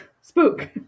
Spook